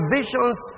visions